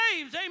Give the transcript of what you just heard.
amen